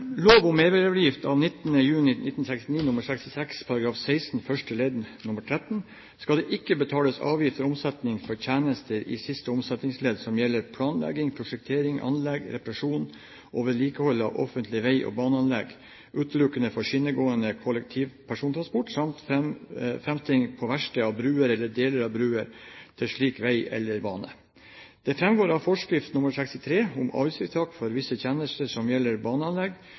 lov om merverdiavgift av 19. juni 1969 nr. 66 § 16 første ledd nr. 13 skal det ikke betales avgift for omsetning av følgende: «Tjenester i siste omsetningsledd som gjelder planlegging, prosjektering, anlegg, reparasjon og vedlikehold av offentlig veg og baneanlegg utelukkende for skinnegående, kollektiv persontransport, samt fremstilling på verksted av bruer eller deler av bruer til slik veg eller bane.» Det fremgår av forskrift nr. 63 om avgiftsfritak for visse tjenester som gjelder baneanlegg utelukkende for skinnegående, kollektiv persontransport § 2 at som baneanlegg